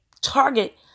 target